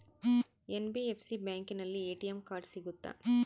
NBFC ಬ್ಯಾಂಕಿನಲ್ಲಿ ATM card ಸಿಗುತ್ತಾ?